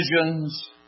visions